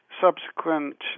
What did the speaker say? subsequent